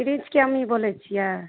प्रिंसके अम्मी बोलै छियै